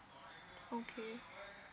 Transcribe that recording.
okay